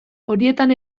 horietan